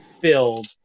filled